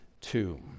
two